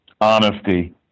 honesty